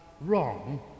wrong